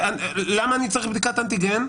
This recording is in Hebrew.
למה אני צריך בדיקת אנטיגן?